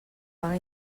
vaga